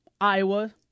Iowa